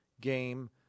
game